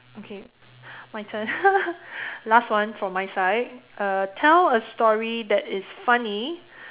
okay my turn last one from my side uh tell a story that is funny